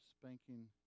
spanking